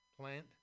plant